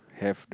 have